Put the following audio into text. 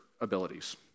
abilities